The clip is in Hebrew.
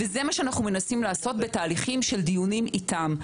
וזה מה שאנחנו מנסים לעשות בתהליכים של דיונים איתם.